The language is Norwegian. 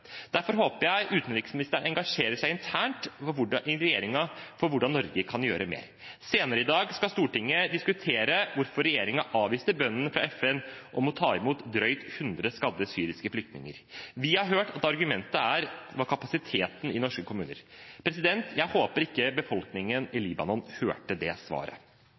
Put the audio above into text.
Derfor håper jeg utenriksministeren engasjerer seg internt i regjeringen for hvordan Norge kan gjøre mer. Senere i dag skal Stortinget diskutere hvorfor regjeringen avviste bønnen fra FN om å ta imot drøyt 100 skadde syriske flyktninger. Vi har hørt at argumentet er kapasiteten i norske kommuner. Jeg håper ikke befolkningen i Libanon hørte det svaret.